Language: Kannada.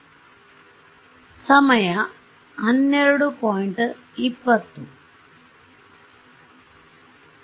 ವಿದ್ಯಾರ್ಥಿಗಳೇ ಆದರೆ ಮಾತ್ರ ಉಳಿದಿದೆ